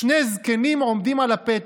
שני זקנים עומדים על הפתח.